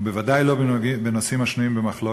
ובוודאי לא בנושאים השנויים במחלוקת.